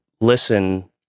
listen